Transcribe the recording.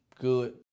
good